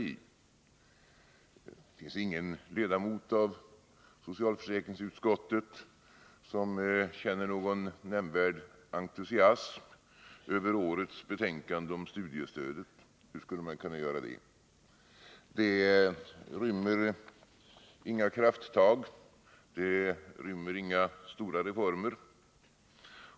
Det finns ingen ledamot i socialförsäkringsutskottet som känner någon nämnvärd entusiasm över årets betänkande om studiestödet. Hur skulle man kunna göra det? Det rymmer inga krafttag, inga stora reformer.